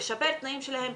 לשפר את התנאים שלהם,